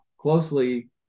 closely